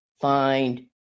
find